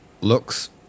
Looks